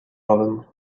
allen